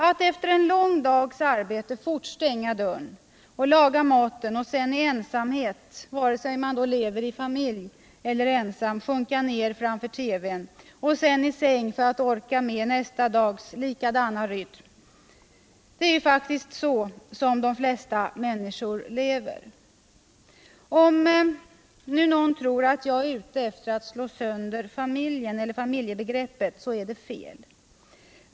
Att efter en lång dags arbete fort stänga dörren, laga maten, och i ensamhet, vare sig man lever i familj eller är ensamstående, sjunka ner framför TV-n och sedan gå i säng för att orka med nästa dags likadana rytm — det är faktiskt så de flesta människor lever. Om någon nu tror att jag är ute efter att slå sönder familjen eller familjebegreppet så är det fel.